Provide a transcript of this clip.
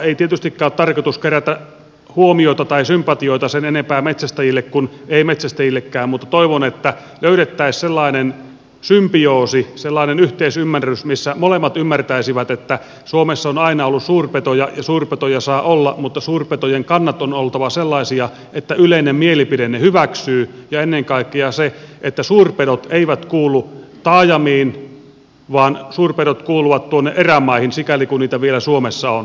ei tietystikään ole tarkoitus kerätä huomiota tai sympatioita sen enempää metsästäjille kuin ei metsästäjillekään mutta toivon että löydettäisiin sellainen symbioosi sellainen yhteisymmärrys missä molemmat ymmärtäisivät että suomessa on aina ollut suurpetoja ja suurpetoja saa olla mutta suurpetojen kantojen on oltava sellaisia että yleinen mielipide ne hyväksyy ja ennen kaikkea että suurpedot eivät kuulu taajamiin vaan suurpedot kuuluvat erämaihin sikäli kuin niitä vielä suomessa on